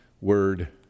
word